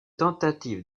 tentative